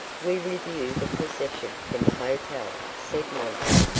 we review the procession from the hotel, said monty.